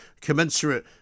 commensurate